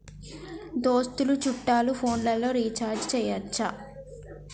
దోస్తులు చుట్టాలు ఫోన్లలో రీఛార్జి చేయచ్చా?